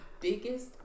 biggest